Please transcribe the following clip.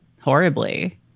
horribly